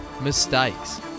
mistakes